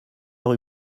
rue